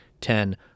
Ten